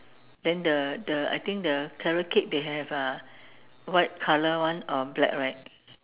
then the the I think the carrot cake they have uh white colour one or black right